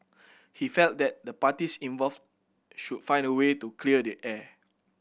he felt that the parties involved should find a way to clear the air